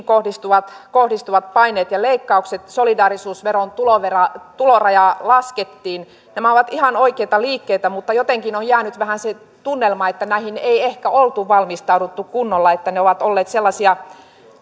kohdistuvat kohdistuvat paineet ja leikkaukset solidaarisuusveron tulorajaa tulorajaa laskettiin nämä ovat ihan oikeita liikkeitä mutta jotenkin on jäänyt vähän se tunnelma että näihin ei ehkä oltu valmistauduttu kunnolla että ne ovat olleet sellaisia